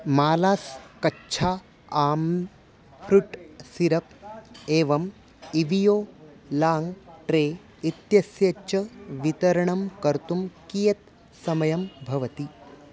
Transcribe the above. मालास् कच्छा आ fruit syrup एवम् इवियोलाङ्ग् ट्रे इत्यस्य च वितरणं कर्तुं कियत् समयं भवति